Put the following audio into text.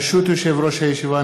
ברשות יושב-ראש הישיבה,